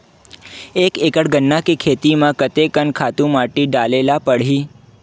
एक एकड़ गन्ना के खेती म कते कन खातु माटी डाले ल पड़ही?